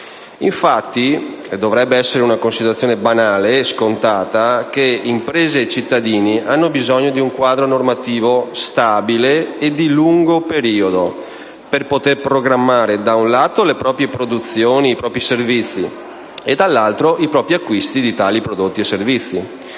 Dovrebbe essere una considerazione banale e scontata che imprese e cittadini hanno bisogno di un quadro normativo stabile e di lungo periodo per poter programmare, da un lato, le proprie produzioni e i propri servizi e, dall'altro, i propri acquisti di tali prodotti e servizi.